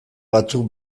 batzuk